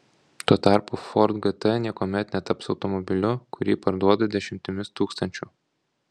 tuo tarpu ford gt niekuomet netaps automobiliu kurį parduoda dešimtimis tūkstančių